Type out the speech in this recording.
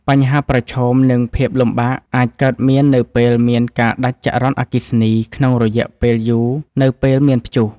បញ្ហាប្រឈម និងភាពលំបាកអាចកើតមាននៅពេលមានការដាច់ចរន្តអគ្គិសនីក្នុងរយៈពេលយូរនៅពេលមានព្យុះ។